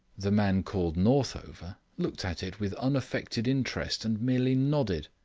the man called northover looked at it with unaffected interest and merely nodded.